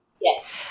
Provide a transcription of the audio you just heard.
yes